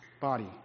body